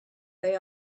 they